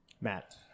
Matt